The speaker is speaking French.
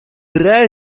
bras